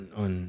on